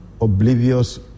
oblivious